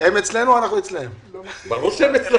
הצבעה המיזוג